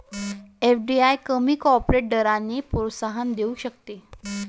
FDI कमी corporate दरांना प्रोत्साहन देऊ शकते